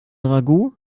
ragout